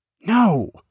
No